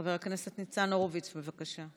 חבר הכנסת ניצן הורוביץ, בבקשה.